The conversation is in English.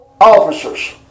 officers